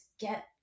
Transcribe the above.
get